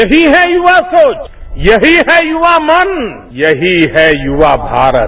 यहीं है युवा सोच यहीं है युवा मन यहीं है युवा भारत